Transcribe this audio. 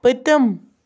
پٔتِم